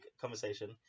conversation